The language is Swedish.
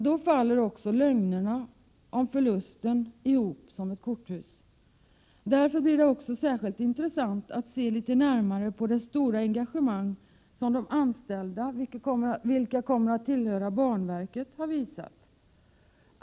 Då faller också lögnerna om förlusten ihop som ett korthus. Därför blir det särskilt intressant att se litet närmare på det stora engagemang som de anställda som kommer att tillhöra banverket har visat.